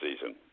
season